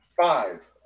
Five